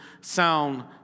sound